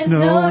no